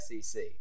SEC